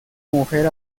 mujer